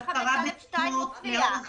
הכרה בתשומות לאורך זמן.